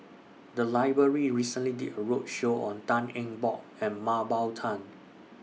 The Library recently did A roadshow on Tan Eng Bock and Mah Bow Tan